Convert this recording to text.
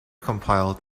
compiled